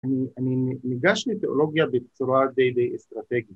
‫אני ניגש לתיאולוגיה ‫בצורה די אסטרטגית.